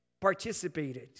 participated